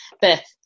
Beth